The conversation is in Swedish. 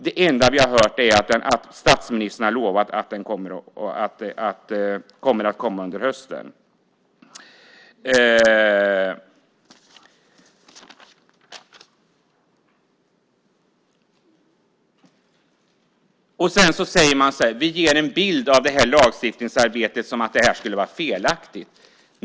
Det enda vi har hört är att statsministern har lovat att den kommer under hösten. Sedan säger man att vi ger en bild av att lagstiftningsarbetet skulle vara felaktigt.